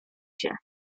się